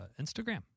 Instagram